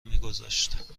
میگذاشت